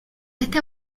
este